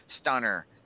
stunner